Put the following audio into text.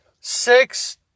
six